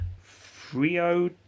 Frio